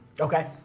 Okay